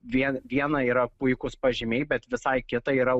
viena viena yra puikūs pažymiai bet visai kita yra